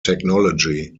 technology